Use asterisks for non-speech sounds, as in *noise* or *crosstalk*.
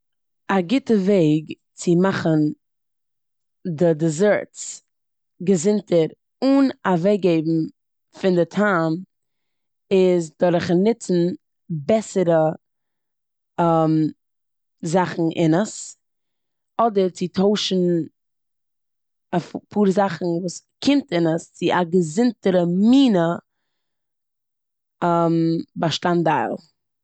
א גוטע וועג צו מאכן די דעזערטס געזונטער, אן אוועקגעבן פון די טעם, איז דורכן נוצן בעסערע *hesitation* זאכן אין עס, אדער צו טוישן א- אפאר זאכן וואס קומט אין עס צו א געזונטערע מינע *hesitation* באשטאנדייל.